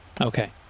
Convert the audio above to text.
okay